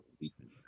defense